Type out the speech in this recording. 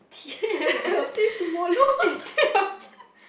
T M L instead of